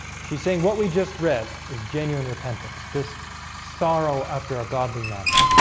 she's saying what we just read is genuine repentance this sorrow after a godly manner